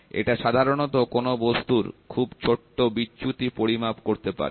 এটা সাধারণত কোন বস্তুর খুব ছোট্ট বিচ্যুতি পরিমাপ করতে পারে